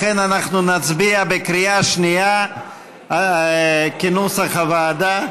לכן אנחנו נצביע בקריאה שנייה כנוסח הוועדה.